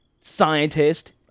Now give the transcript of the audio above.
scientist